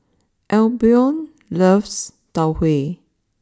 Albion loves Tau Huay